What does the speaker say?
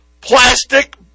plastic